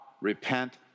repent